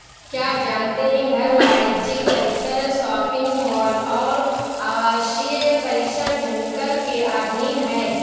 क्या आप जानते है घर, वाणिज्यिक परिसर, शॉपिंग मॉल और आवासीय परिसर धनकर के अधीन हैं?